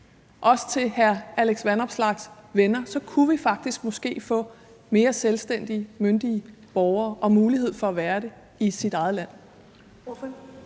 også til hr. Alex Vanopslaghs venner, kunne vi måske faktisk få mere selvstændige, myndige borgere og mulighed for at være det i ens eget land.